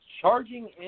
charging